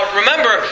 remember